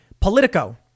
Politico